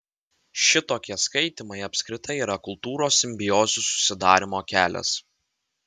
šitokie skaitymai apskritai yra kultūros simbiozių susidarymo kelias